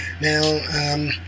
Now